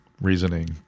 reasoning